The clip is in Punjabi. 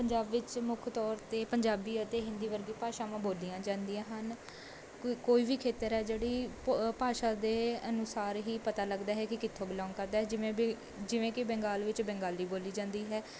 ਪੰਜਾਬ ਵਿੱਚ ਮੁੱਖ ਤੌਰ 'ਤੇ ਪੰਜਾਬੀ ਅਤੇ ਹਿੰਦੀ ਵਰਗੀ ਭਾਸ਼ਾਵਾਂ ਬੋਲੀਆਂ ਜਾਂਦੀਆਂ ਹਨ ਕੋਈ ਕੋਈ ਵੀ ਖੇਤਰ ਹੈ ਜਿਹੜੀ ਭਾ ਭਾਸ਼ਾ ਦੇ ਅਨੁਸਾਰ ਹੀ ਪਤਾ ਲੱਗਦਾ ਹੈ ਕਿ ਕਿੱਥੋਂ ਬਿਲੋਂਗ ਕਰਦਾ ਜਿਵੇਂ ਵੀ ਜਿਵੇਂ ਕਿ ਬੰਗਾਲ ਵਿੱਚ ਬੰਗਾਲੀ ਬੋਲੀ ਜਾਂਦੀ ਹੈ